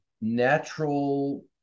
natural